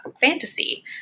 fantasy